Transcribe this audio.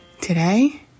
today